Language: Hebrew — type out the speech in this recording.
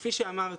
כפי שאמרתי,